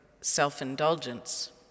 self-indulgence